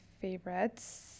favorites